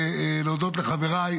להודות לחבריי,